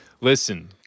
Listen